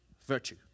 virtue